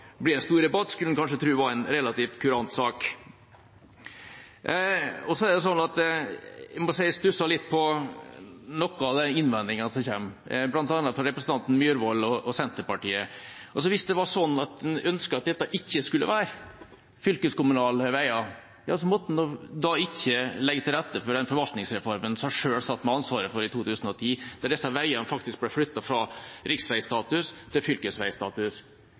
en stor debatt, skulle en kanskje tro var en relativt kurant sak. Jeg stusser litt over noen av de innvendingene som kommer, bl.a. fra representanten Myrvold og Senterpartiet. Hvis det var sånn at en ønsket at dette ikke skulle være fylkeskommunale veier, så måtte en ikke ha lagt til rette for den forvaltningsreformen som en selv satt med ansvaret for i 2010, der disse veiene faktisk ble flyttet fra riksveistatus til fylkesveistatus.